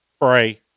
pray